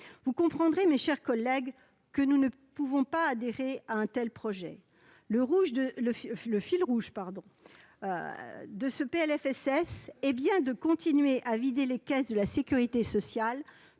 Vous comprendrez, mes chers collègues, que nous ne saurions adhérer à un tel projet. Le fil rouge de ce PLFSS est bien de continuer à vider les caisses de la sécurité sociale